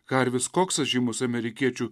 harvis koksas žymus amerikiečių